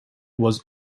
was